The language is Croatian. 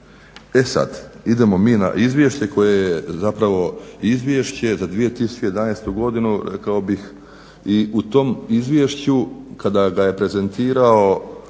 E sad idemo mi na izvješće koje je zapravo izvješće za 2011. Godinu rekao bih i u tom izvješću kada ga je prezentirao